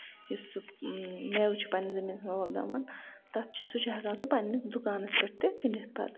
یُس سُہ مٮ۪وٕ چھُ پَنٕنِس زٔمیٖنَس منٛز وۄپداوان تَتھ چھُ سُہ چھُ ہٮ۪کان سُہ پَنٕنِس دُکانَس پٮ۪ٹھ تہِ کٔنِتھ پَتہٕ